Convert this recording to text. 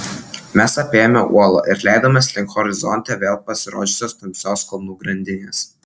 mes apėjome uolą ir leidomės link horizonte vėl pasirodžiusios tamsios kalnų grandinės